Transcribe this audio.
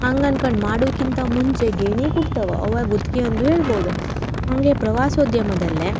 ಹಂಗೆ ಅನ್ಕಂಡು ಮಾಡೋಕ್ಕಿಂತ ಮುಂಚೆ ಗೇಣಿ ಕೊಡ್ತವ ಅವ ಗುತ್ಗೆ ಅಂದು ಹೇಳ್ಬೋದು ಹಾಗೆ ಪ್ರವಾಸೋದ್ಯಮದಲ್ಲಿ